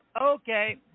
okay